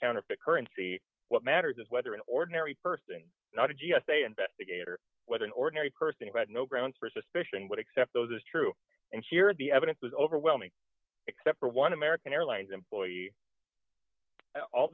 counterfeit currency what matters is whether an ordinary person not a g s a investigator whether an ordinary person had no grounds for suspicion but except those is true and sheer of the evidence is overwhelming except for one american airlines employee all